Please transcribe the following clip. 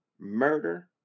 murder